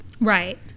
Right